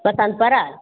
पसन्द पड़ल